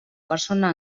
persona